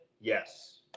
yes